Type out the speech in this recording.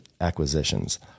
acquisitions